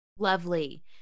lovely